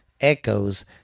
echoes